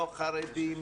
לא חרדים,